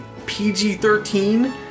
PG-13